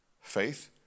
faith